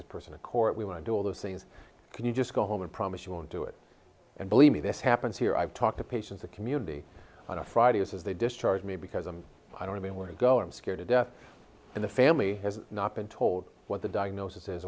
that person to court we want to do all those things can you just go home and promise you won't do it and believe me this happens here i've talked to patients the community on a friday is they discharged me because i'm i don't even want to go i'm scared to death in the family has not been told what the diagnosis is